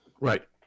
Right